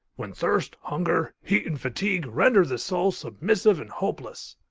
when thirst, hunger, heat and fatigue, render the soul submissive and hopeless.